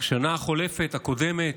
השנה החולפת, הקודמת,